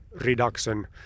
reduction